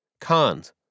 Cons